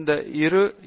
இந்த இரு யூ